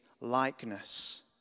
likeness